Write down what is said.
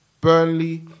Burnley